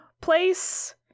place